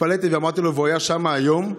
התפלאתי ואמרתי לו: והוא היה שם היום?